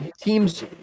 teams